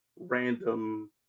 random